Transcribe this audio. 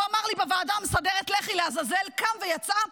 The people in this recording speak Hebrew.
הוא אמר לי בוועדה המסדרת: לכי לעזאזל, קם ויצא,